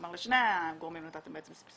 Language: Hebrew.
כלומר לשני הגורמים בעצם נתתם סבסוד,